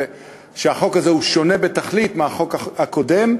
ושהחוק הזה שונה בתכלית מהחוק הקודם,